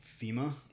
FEMA